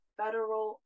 federal